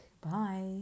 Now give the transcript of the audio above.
bye